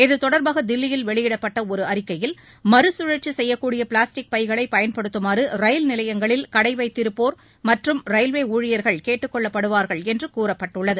இது தொடர்பாக தில்லியில் வெளியிடப்பட்ட ஒரு அறிக்கையில் மறு கழற்சி செய்யக்கூடிய பிளாஸ்டிக் பைகளை பயன்படுத்தமாறு ரயில் நிலையங்களில் கடை வைத்திருப்போர் மற்றும் ரயில்வே ஊழியர்கள் கேட்டுக் கொள்ளப்படுவார்கள் என்று கூறப்பட்டுள்ளது